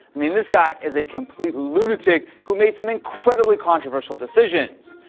i mean, this guy is a complete lunatic who made some incredibly controversial decisions.